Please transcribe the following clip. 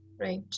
Right